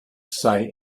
say